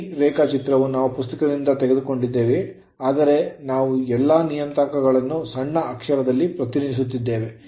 ಈ ರೇಖಾಚಿತ್ರ ನಾವು ಪುಸ್ತಕದಿಂದ ತೆಗೆದುಕೊಂಡಿದ್ದೇವೆ ಆದರೆ ನಾವು ಎಲ್ಲಾ ನಿಯತಾಂಕಗಳನ್ನು ಸಣ್ಣ ಅಕ್ಷರದಲ್ಲಿ ಪ್ರತಿನಿಧಿಸಿದ್ದೇವೆ